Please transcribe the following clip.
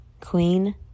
queen